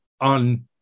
on